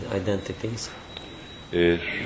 identities